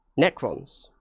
Necrons